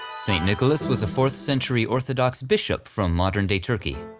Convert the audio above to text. st. nicholas was a fourth century orthodox bishop from modern-day turkey.